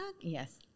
Yes